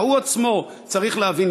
אלא הוא עצמו צריך להבין,